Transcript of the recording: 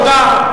תודה.